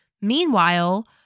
Meanwhile